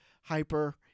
hyper-